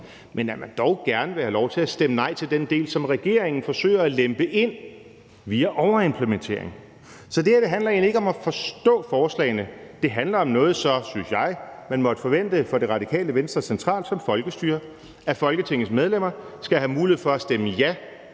men at man dog gerne vil have lov til at stemme nej til den del, som regeringen forsøger at lempe ind via overimplementering. Så det her handler egentlig ikke om at forstå forslagene. Det handler om noget så, synes jeg man måtte forvente for Radikale Venstre, centralt som folkestyre, at Folketingets medlemmer skal have mulighed for at stemme ja